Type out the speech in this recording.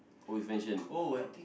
always mention uh